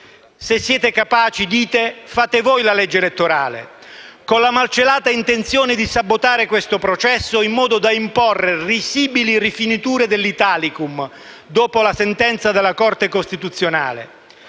«se siete capaci, fate voi la legge elettorale», con la malcelata intenzione di sabotare questo processo in modo da imporre risibili rifiniture dell'Italicum, dopo la sentenza della Corte costituzionale.